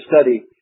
study